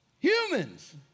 Humans